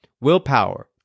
willpower